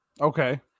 Okay